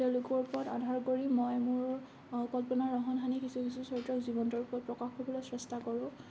তেওঁলোকৰ ওপৰত আধাৰ কৰি মই মোৰ কল্পনাৰ ৰহণ সানি কিছু কিছু চৰিত্ৰক জীৱন্ত ৰূপত প্ৰকাশ কৰিবৰ চেষ্টা কৰোঁ